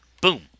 boom